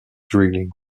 drilling